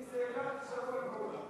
אם זה, תישארו עם עוּדָה.